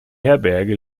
herberge